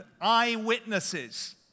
eyewitnesses